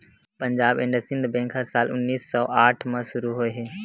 Punjab and Sind bank ह साल उन्नीस सौ आठ म शुरू होए हे